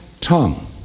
tongue